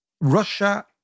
Russia